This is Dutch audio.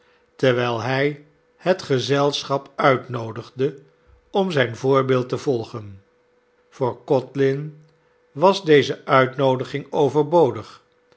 terwijl hij het gezelschap uitnoodigde om zijn voorbeeld te volgen voor codlin was deze uitnoodiging overbodig